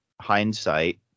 hindsight